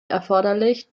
erforderlich